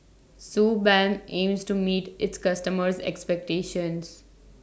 Suu Balm aims to meet its customers' expectations